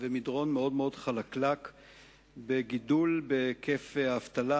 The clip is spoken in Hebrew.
ומדרון מאוד מאוד חלקלק בגידול בהיקף האבטלה,